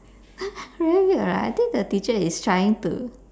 very weird right I think the teacher is trying to